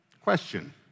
Question